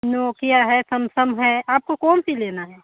Nokia है Samsung है आपको कौनसा लेना है